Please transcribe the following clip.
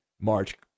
March